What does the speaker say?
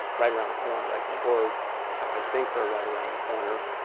right around the corner, i think, or i think they're right around the corner.